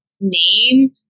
name